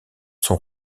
son